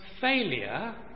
failure